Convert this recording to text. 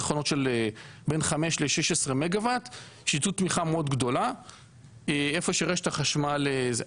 תחנות של בין 5-16 מגה וואט שיתנו תמיכה מאוד גדולה איפה שרשת החשמל זה.